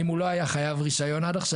אם הוא לא היה חייב רישיון עד עכשיו